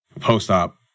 post-op